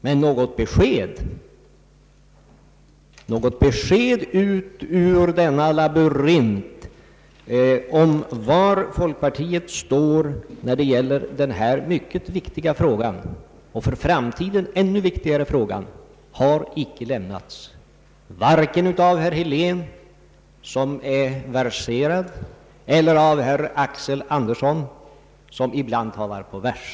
Men något besked — ut ur denna labyrint — om var folkpartiet står när det gäller denna i dag mycket viktiga och för framtiden ännu viktigare fråga har icke lämnats av herr Helén, som är verserad, eller av herr Axel Andersson, som ibland talar på vers.